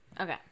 okay